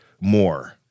more